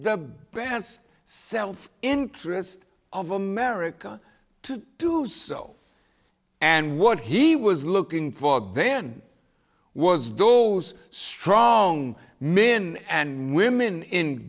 best self interest of america to do so and what he was looking for van was those strong men and women in